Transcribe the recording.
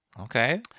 Okay